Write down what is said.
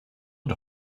the